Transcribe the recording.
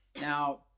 Now